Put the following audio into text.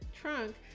trunk